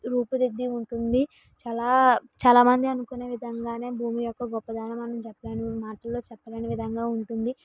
రూపుదిద్ది ఉంటుంది చాలా చాలా మంది అనుకునే విధంగానే భూమి యొక్క గొప్పతనం చెప్పలేను మాటల్లో చెప్పలేను విధంగా ఉంటుంది